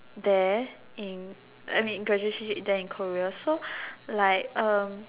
there in I mean graduation trip there in Korea so like A